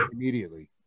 immediately